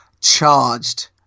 charged